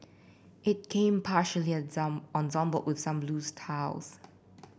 it came partially assembled with some loose tiles